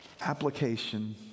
Application